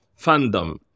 fandom